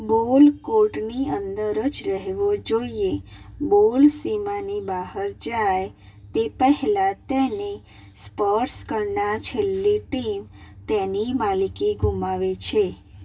બોલ કોર્ટની અંદર જ રહેવો જોઈએ બોલ સીમાની બહાર જાય તે પહેલાં તેને સ્પર્શ કરનાર છેલ્લી ટીમ તેની માલિકી ગુમાવે છે